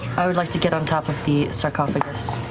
i would like to get on top of the sarcophagus.